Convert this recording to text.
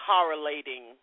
correlating